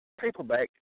paperback